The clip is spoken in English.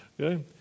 Okay